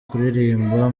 kuririmba